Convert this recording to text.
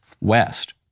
West